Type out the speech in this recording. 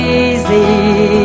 easy